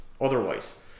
otherwise